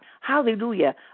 Hallelujah